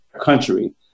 country